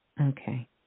Okay